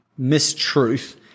mistruth